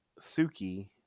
Suki